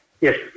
Yes